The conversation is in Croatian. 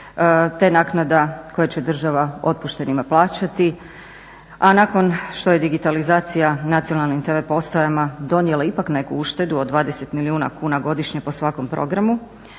te naknada koju će država otpuštenima plaćati, a nakon što je digitalizacija nacionalnim tv postajama donijela ipak neku uštedu od 20 milijuna kuna godišnje po svakom programu,